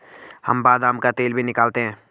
हम बादाम का तेल भी निकालते हैं